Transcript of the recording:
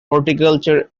horticulture